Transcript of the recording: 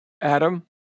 Adam